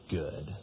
good